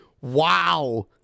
Wow